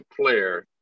player